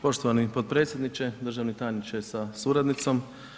Poštovani potpredsjedniče, državni tajniče sa suradnicom.